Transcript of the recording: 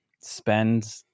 spend